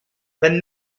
when